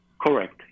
Correct